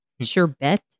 Sherbet